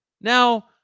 Now